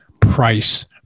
price